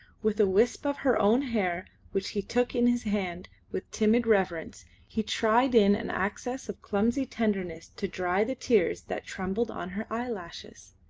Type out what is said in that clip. with a wisp of her own hair which he took in his hand with timid reverence he tried in an access of clumsy tenderness to dry the tears that trembled on her eyelashes.